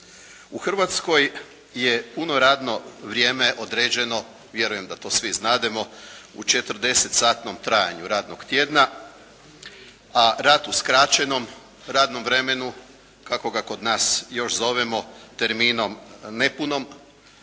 U Hrvatskoj je puno radno vrijeme određeno, vjerujem da to svi znademo, u 40-satnom trajanju radnog tjedna a rad u skraćenom radnom vremenu kako ga kod nas još zovemo nepunom radnom